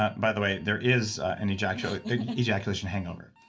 ah by the way, there is an ejaculation ejaculation hangover.